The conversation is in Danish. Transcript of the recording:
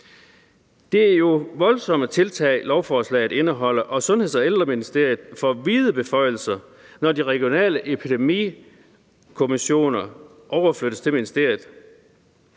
Det er jo voldsomme tiltag, lovforslaget indeholder, og Sundheds- og Ældreministeriet får vide beføjelser, når de regionale epidemikommissioner overflyttes til ministeriet.